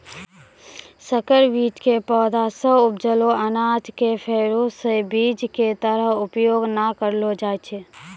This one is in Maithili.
संकर बीज के पौधा सॅ उपजलो अनाज कॅ फेरू स बीज के तरह उपयोग नाय करलो जाय छै